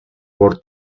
por